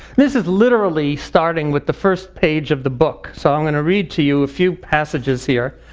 this is literally starting with the first page of the book. so i'm gonna read to you a few passages here.